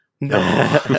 no